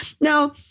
Now